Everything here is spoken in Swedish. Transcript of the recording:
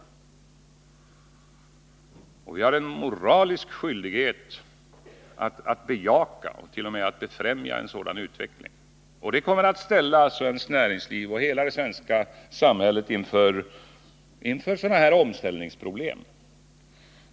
Vi har en moralisk skyldighet att bejaka, t.o.m. befrämja, en sådan utveckling. Detta kommer att ställa svenskt näringsliv och hela det svenska samhället inför omställningsproblem.